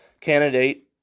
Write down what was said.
candidate